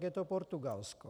Je to Portugalsko.